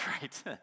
right